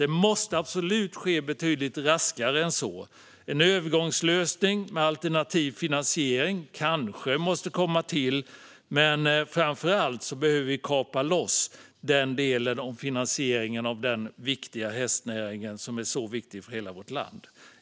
Det måste absolut ske betydligt raskare än så. En övergångslösning med alternativ finansiering kanske måste komma till, men framför allt behöver vi koppla loss delen om finansieringen av hästnäringen, som är så viktig för hela vårt land.